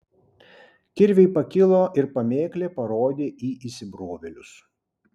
kirviai pakilo ir pamėklė parodė į įsibrovėlius